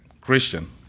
Christian